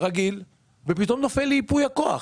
רגיל ופתאום נופל לי ייפוי הכוח